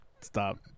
Stop